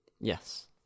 Yes